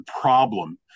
problem